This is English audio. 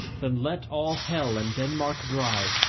then let all hell and denmark drive,